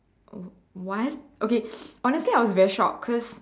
w~ what okay honestly I was very shocked cause